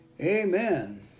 Amen